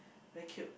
very cute